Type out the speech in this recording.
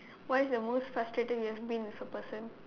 what is the most frustrated you've ever been with a person